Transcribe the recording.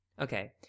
okay